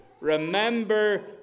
remember